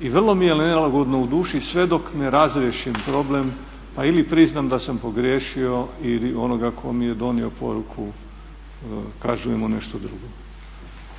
i vrlo mi je nelagodno u duši sve dok ne razriješim problem pa ili priznam da sam pogriješio ili onoga tko mi je donio poruku …/Govornik